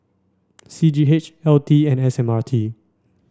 C G H L T and S M R T